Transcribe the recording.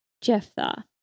Jephthah